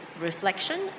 reflection